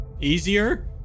Easier